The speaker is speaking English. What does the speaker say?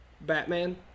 Batman